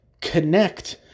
connect